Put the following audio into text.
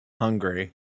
hungry